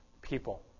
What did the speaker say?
people